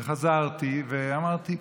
וחזרתי ואמרתי: